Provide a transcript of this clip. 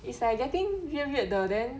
it's like getting weird weird 的 then